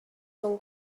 mewn